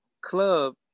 club